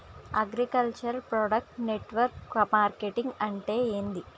Agriculture product network marketing అంటే ఏంది?